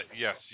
yes